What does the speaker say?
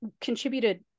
contributed